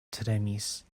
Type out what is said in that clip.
tremis